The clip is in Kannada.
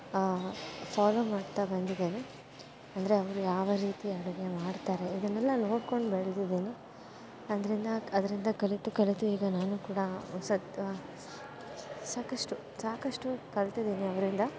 ಫೋಲೋ ಮಾಡ್ತಾ ಬಂದಿದ್ದೇನೆ ಅಂದರೆ ಅವರು ಯಾವ ರೀತಿ ಅಡುಗೆ ಮಾಡ್ತಾರೆ ಇದನ್ನೆಲ್ಲ ನೋಡ್ಕೊಂಡು ಬೆಳೆದಿದ್ದೀನಿ ಅದರಿಂದ ಅದರಿಂದ ಕಲಿತು ಕಲಿತು ಈಗ ನಾನು ಕೂಡ ಸಾಕಷ್ಟು ಸಾಕಷ್ಟು ಕಲ್ತಿದ್ದೀನಿ ಅವರಿಂದ